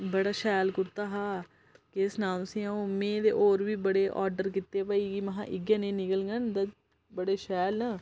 बड़ा शैल कुर्ता हा केह् सनां तुसेंगी आ'ऊं में होर बी बड़े आर्डर कीते हे भई महां इ'यै नेह् निकलनङ ते बड़े शैल न